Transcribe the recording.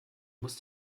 musst